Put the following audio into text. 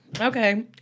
Okay